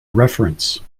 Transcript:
reference